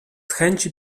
chęci